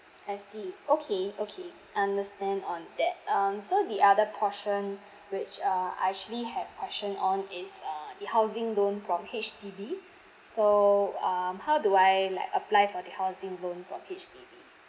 I see okay okay understand on that um so the other portion which uh I actually have question on is uh the housing loan from H_D_B so um how do I like apply for the housing loan from H_D_B